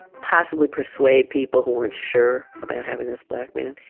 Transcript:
possibly persuade people who weren't sure about having this black man,